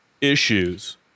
issues